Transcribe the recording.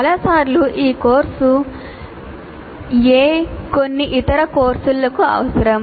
చాలా సార్లు ఈ కోర్సు A కొన్ని ఇతర కోర్సులకు అవసరం